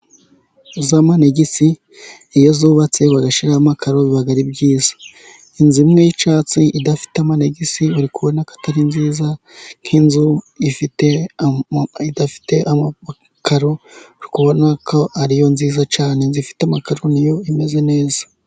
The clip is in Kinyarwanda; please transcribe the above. Inzu z'amanegisi iyo zubatse bagashyiraho amakaro biba ari byiza. Inzu imwe y'icyatsi idafite amanegisi, uri kubona ko atari nziza nk'inzu idafite amakaro. Uri kubona ko ariyo nziza cyane inzu ifite amakaro niyo imeze neza.